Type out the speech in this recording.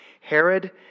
Herod